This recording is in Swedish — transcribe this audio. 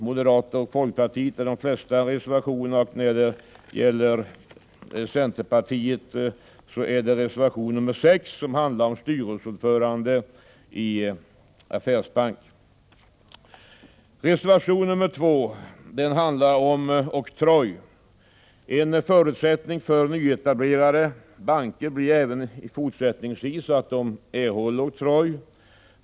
Moderaterna och folkpartiet står bakom reservationerna 2-7, och centerpartiet har anslutit sig till reservation 6, som gäller styrelseordförande i affärsbank. Reservation 2 handlar om oktroj. En förutsättning för nyetablerade banker blir även fortsättningsvis att de erhåller oktroj.